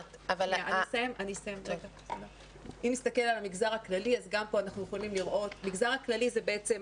אם נסתכל על המגזר הכללי המגזר הכללי זה בעצם